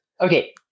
Okay